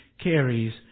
carries